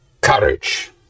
courage